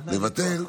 לבטל,